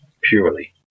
purely